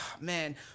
man